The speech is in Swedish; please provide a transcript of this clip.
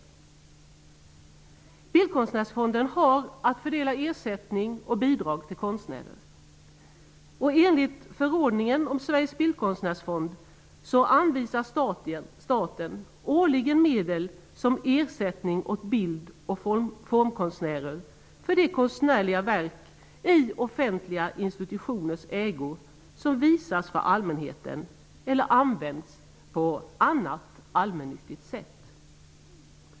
Bildkonstnärsfonden har att fördela ersättning och bidrag till konstnärer. Enligt förordningen om Sveriges bildkonstnärsfond anvisar staten årligen medel som ersättning åt bild och formkonstnärer för de konstnärliga verk i offentliga institutioners ägo som visas för allmänheten eller används på annat allmännyttigt sätt.